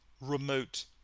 remote